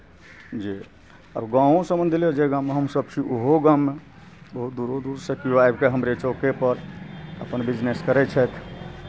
जे गाँवओ सभमे भेलैए जे गाँवमे हमसभ छी ओहो गाममे ओहो दूरो दूरसँ किओ आबि कऽ हमरे चौकेपर अपन बिजनेस करै छथि